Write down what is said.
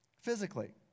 physically